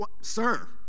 Sir